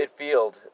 midfield